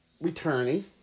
returning